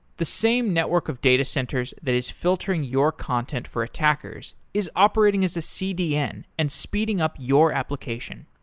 the same network of data centers that is filtering your content for attackers is operating as a cdn and speeding up your application.